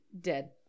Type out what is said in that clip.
Dead